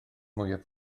mwyaf